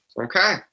Okay